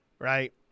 Right